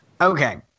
Okay